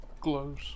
glows